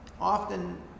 often